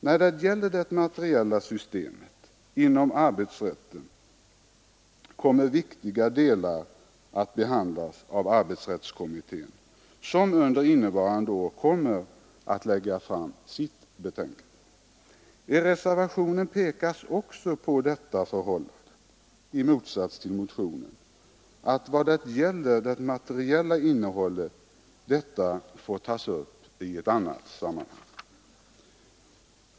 När det gäller det materiella regelsystemet inom arbetsrätten kommer viktiga delar att behandlas av arbetsrättskommittén, som under innevarande år kommer att lägga fram sitt betänkande. I reservationen — i motsats till i motionen — pekas också på detta förhållande, att det materiella innehållet får tas upp i annat sammanhang.